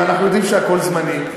ואנחנו יודעים שהכול זמני,